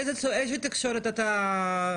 איזה תקשורת אתה צורך?